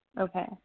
okay